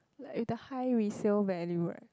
with the high resale value right